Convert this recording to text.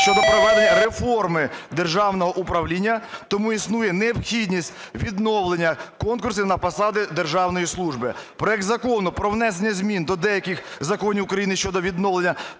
щодо проведення реформи державного управління, тому існує необхідність відновлення конкурсів на посади державної служби. Проект Закону про внесення змін до деяких законів України щодо відновлення